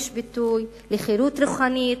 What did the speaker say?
לחופש ביטוי, לחירות רוחנית,